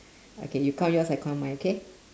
okay you count yours I count mine okay